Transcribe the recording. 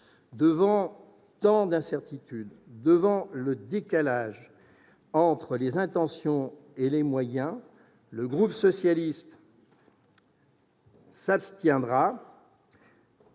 Devant tant d'incertitudes, devant le décalage entre les intentions et les moyens, le groupe socialiste et